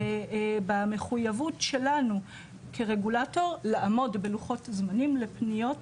ובמחויבות שלנו כרגולטור לעמוד בלוחות הזמנים לפניות,